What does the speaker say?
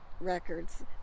records